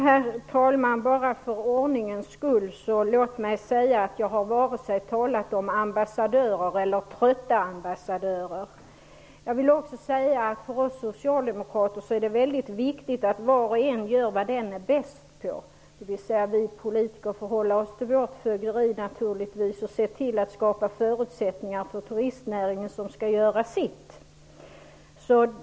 Herr talman! Låt mig först för ordningens skull säga att jag inte har talat om vare sig ambassadörer eller trötta ambassadörer. Jag vill också säga att för oss socialdemokrater är det viktigt att var och en gör vad den är bäst på. Vi politiker får hålla oss till vårt fögderi och se till att skapa förutsättningar för turistnäringen, som skall göra sitt.